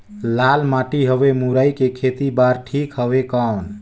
लाल माटी हवे मुरई के खेती बार ठीक हवे कौन?